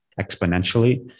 exponentially